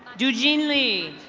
ju jing lee.